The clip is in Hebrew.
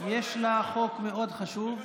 יש לה חוק מאוד חשוב.